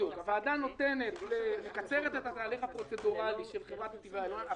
הוועדה מקצרת את התהליך הפרוצדורלי של חברת נתיבי איילון.